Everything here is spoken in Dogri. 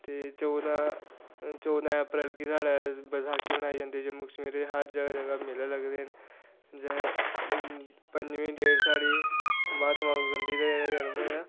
ते चौंदा चौंदा अप्रैल गी साढ़ै बसाखी मनाई जंदी जम्मू कश्मीर च हर जगह जगह मेला लगदे न ते पंजमी डेट साढ़ी म्हात्मा गांधी दा जेह्ड़ा जनम होएया